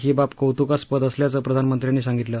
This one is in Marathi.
ही बाब कौतुकास्पद असल्याचं प्रधानमंत्र्यांनी सांगितलं